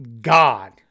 God